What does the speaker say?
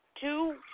two